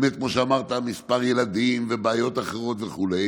כמו שאמרת, מספר ילדים ובעיות אחרות וכו',